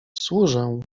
służę